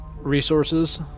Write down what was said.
resources